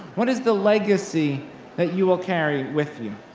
what is the legacy that you will carry with you?